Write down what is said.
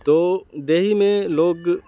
تو دیہی میں لوگ